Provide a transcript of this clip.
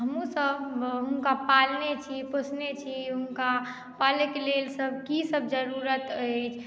हमहुँ सब हुनका पालने छी पोषने छी हुनका पालय के लेल की सब जरुरत अछि